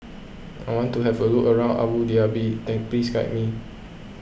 I want to have a look around Abu Dhabi then please guide me